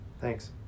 Thanks